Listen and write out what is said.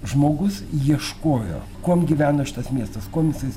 žmogus ieškojo kuom gyveno šitas miestas kuom jisai